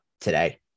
today